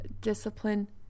discipline